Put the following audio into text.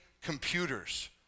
computers